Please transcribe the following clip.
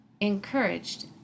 encouraged